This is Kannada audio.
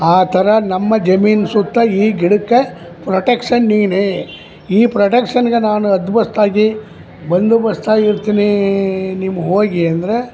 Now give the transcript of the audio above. ಆ ಥರ ನಮ್ಮ ಜಮೀನು ಸುತ್ತ ಈ ಗಿಡಕ್ಕೆ ಪ್ರೊಟೆಕ್ಷನ್ ನೀನೇ ಈ ಪ್ರೊಟಕ್ಷನ್ಗೆ ನಾನು ಹದ್ಬಸ್ತಾಗಿ ಬಂದೋಬಸ್ತಾಗಿ ಇರ್ತಿನೀ ನೀವು ಹೋಗಿ ಅಂದರೆ